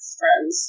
friends